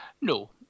No